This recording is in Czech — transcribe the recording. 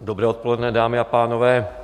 Dobré odpoledne, dámy a pánové.